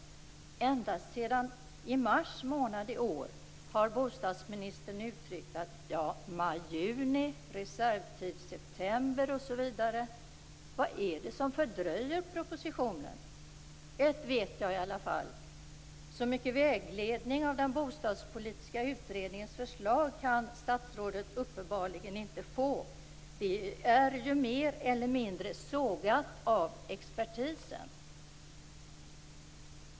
Ända sedan i mars månad i år har bostadsministern sagt: maj-juni, reservtid september osv. Vad är det som fördröjer propositionen? Ett vet jag i alla fall: Så mycket vägledning av den bostadspolitiska utredningens förslag kan statsrådet uppenbarligen inte få, eftersom det är mer eller mindre sågat av expertisen.